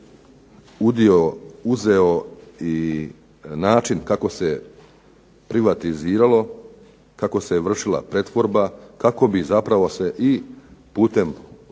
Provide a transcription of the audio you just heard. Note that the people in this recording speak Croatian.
udio uzeo i način kako se privatiziralo, kako se vršila pretvorba kako bi zapravo se i putem